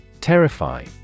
Terrify